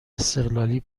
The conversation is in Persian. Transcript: استقلالی